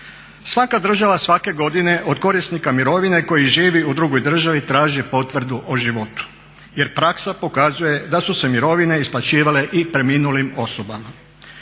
Svaka država svake godine od korisnika mirovine koji živi u drugoj državi traži potvrdu o životu jer praksa pokazuje da su se mirovine isplaćivale i preminulim osobama.